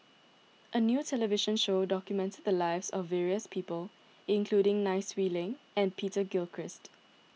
a new television show documented the lives of various people including Nai Swee Leng and Peter Gilchrist